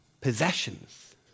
possessions